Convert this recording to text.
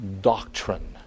doctrine